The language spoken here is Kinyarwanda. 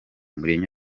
mourinho